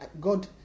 God